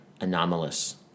anomalous